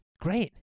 Great